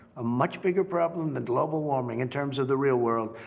a much bigger problem than global warming in terms of the real world,